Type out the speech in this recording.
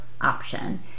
option